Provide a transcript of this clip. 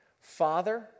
Father